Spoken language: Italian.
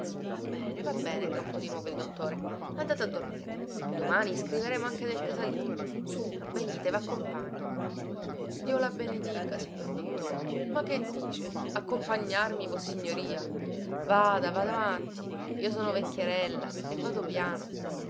va bene va bene troncò di nuovo il dottore andate a dormire domani scriveremo anche del casalino su venite vaccompagno dio la benedica signor dottore ma che dice accompagnarmi vossignoria vada vada avanti io sono vecchierella e vado piano